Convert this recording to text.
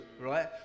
right